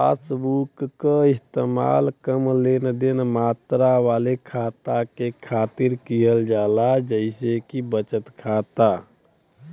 passbook क इस्तेमाल कम लेनदेन मात्रा वाले खाता के खातिर किहल जाला जइसे कि बचत खाता